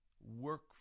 work